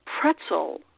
pretzel